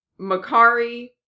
Makari